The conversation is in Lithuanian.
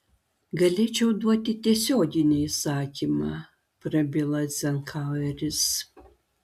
galėčiau duoti tiesioginį įsakymą prabilo eizenhaueris